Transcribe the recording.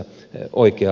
herra puhemies